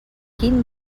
quin